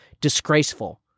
disgraceful